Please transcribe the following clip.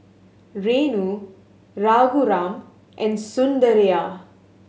Renu Raghuram and Sundaraiah